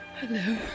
Hello